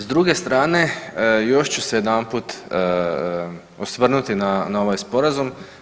S druge strane još ću se jedanput osvrnuti na ovaj Sporazum.